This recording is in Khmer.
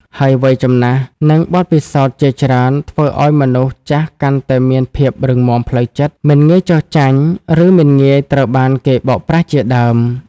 ហើយវ័យចំណាស់ និងបទពិសោធន៍ជាច្រើនធ្វើឱ្យមនុស្សចាស់កាន់តែមានភាពរឹងមាំផ្លូវចិត្ត មិនងាយចុះចាញ់ ឬមិនងាយត្រូវបានគេបោកប្រាស់ជាដើម។